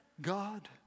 God